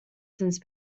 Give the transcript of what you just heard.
since